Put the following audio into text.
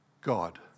God